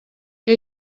què